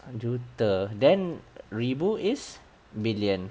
juta then ribu is billion